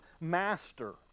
Master